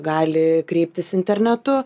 gali kreiptis internetu